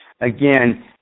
again